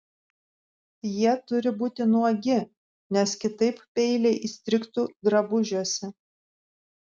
jie turi būti nuogi nes kitaip peiliai įstrigtų drabužiuose